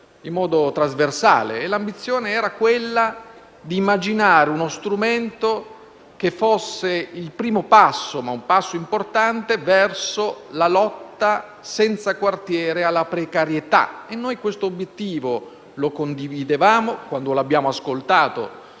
in modo trasversale. L'ambizione era quella di immaginare uno strumento che fosse il primo passo, ma un passo importante, verso la lotta senza quartiere alla precarietà. E noi questo obiettivo lo condividevamo quando l'abbiamo ascoltato